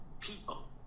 people